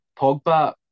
Pogba